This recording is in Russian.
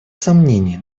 сомнений